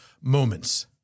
moments